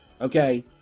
okay